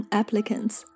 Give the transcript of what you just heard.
applicants